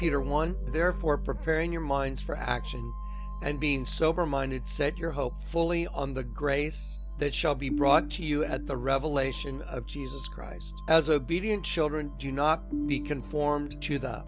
peter one therefore preparing your minds for action and being sober minded set your hopes fully on the grace that shall be brought to you at the revelation of jesus christ as obedient children do not be conformed to the